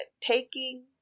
taking